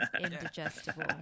indigestible